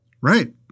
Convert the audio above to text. Right